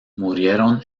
murieron